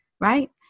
Right